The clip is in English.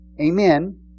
amen